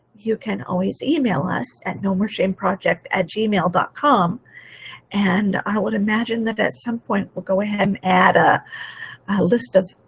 you can always e-mail us at nomoreshameproject at gmail dot com and i would imagine that at some point, we'll go ahead and add a list of